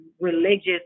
religious